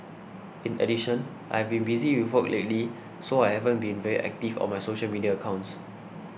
in addition I've been busy with work lately so I haven't been very active on my social media accounts